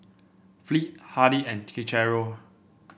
Fleet Hardy and Cicero